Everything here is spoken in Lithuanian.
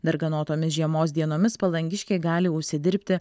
darganotomis žiemos dienomis palangiškiai gali užsidirbti